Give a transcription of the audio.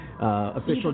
Official